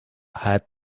had